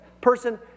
person